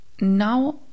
now